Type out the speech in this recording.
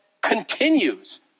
continues